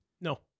No